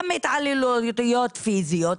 גם התעללויות פיזיות,